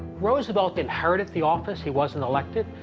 roosevelt inherited the office. he wasn't elected.